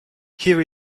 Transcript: here